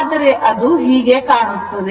ಆದರೆ ಅದು ಹೀಗೆ ಕಾಣುತ್ತದೆ